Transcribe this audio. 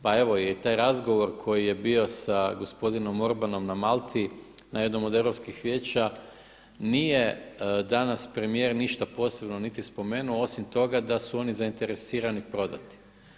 Pa evo i taj razgovor koji je bio sa gospodinom Orbanom na Malti na jednom od europskih vijeća nije danas premijer ništa posebno niti spomenuo osim toga da su oni zainteresirani prodati.